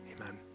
amen